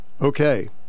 Okay